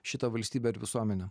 šitą valstybę ir visuomenę